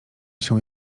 się